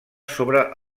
sobre